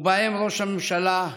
ובהם ראש הממשלה,